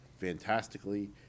fantastically